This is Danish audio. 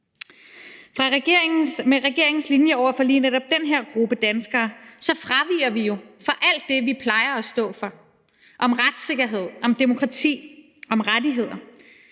Med regeringens linje over for lige netop den her gruppe danskere fraviger vi jo alt det, vi plejer at stå for, nemlig retssikkerhed, demokrati og rettigheder.